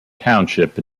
township